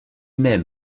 même